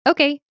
Okay